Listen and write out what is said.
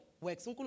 works